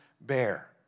bear